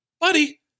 buddy